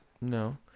No